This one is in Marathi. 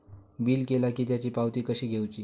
बिल केला की त्याची पावती कशी घेऊची?